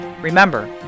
Remember